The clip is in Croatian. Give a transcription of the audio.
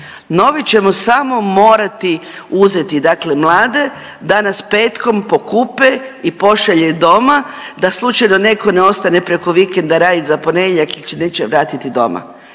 Nove ćemo samo morati uzeti dakle mlade da nas petkom pokupe i pošalje doma da slučajno neko ne ostane preko vikenda raditi za ponedjeljak jer se neće vratiti doma.